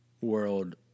world